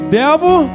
devil